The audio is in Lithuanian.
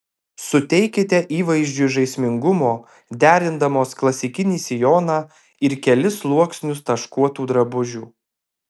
suteikite įvaizdžiui žaismingumo derindamos klasikinį sijoną ir kelis sluoksnius taškuotų drabužių